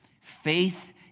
Faith